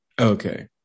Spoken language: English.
Okay